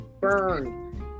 burn